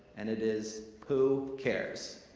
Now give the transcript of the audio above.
and it is, who cares?